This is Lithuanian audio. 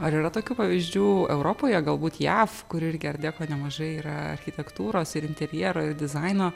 ar yra tokių pavyzdžių europoje galbūt jav kur irgi art deko nemažai yra architektūros ir interjero ir dizaino